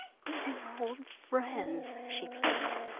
we are old friends, she pleaded,